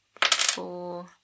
four